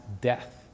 death